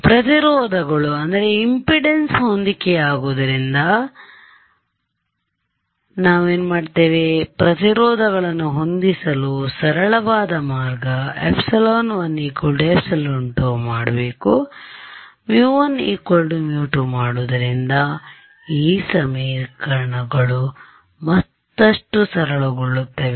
ಪ್ರತಿರೋಧಗಳು ಹೊಂದಿಕೆಯಾವುದರಿಂದ ಪ್ರತಿರೋಧಗಳನ್ನು ಹೊಂದಿಸಲು ಸರಳವಾದ ಮಾರ್ಗ ε1 ε2 μ1 μ2 ಮಾಡುವುದರಿಂದ ಈ ಸಮೀಕರಣಗಳು ಮತ್ತಷ್ಟು ಸರಳಗೊಳ್ಳುತ್ತವೆ